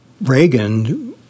Reagan